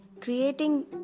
Creating